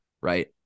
right